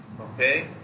okay